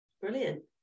Brilliant